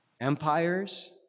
empires